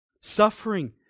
suffering